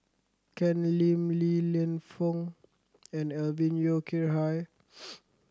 Ken Lim Li Lienfung and Alvin Yeo Khirn Hai